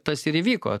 tas ir įvyko